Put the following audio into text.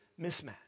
mismatch